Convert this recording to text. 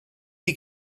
die